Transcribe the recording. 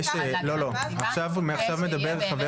עכשיו מדבר חבר